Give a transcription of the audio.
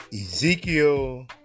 Ezekiel